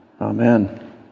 Amen